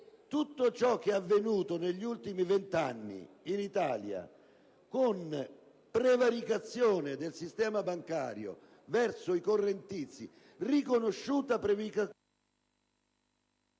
tutto ciò che è avvenuto negli ultimi venti anni in Italia, con la prevaricazione del sistema bancario sui correntisti - prevaricazione